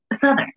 Southern